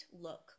look